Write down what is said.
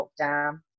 lockdown